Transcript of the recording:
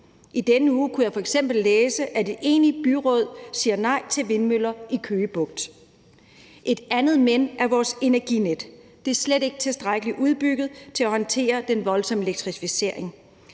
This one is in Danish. I denne uge kunne jeg f.eks. læse, at et enigt byråd siger nej til vindmøller i Køge Bugt. Kl. 13:24 Et andet men er vores energinet. Det er slet ikke tilstrækkeligt udbygget til at håndtere den voldsomme elektrificering.